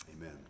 Amen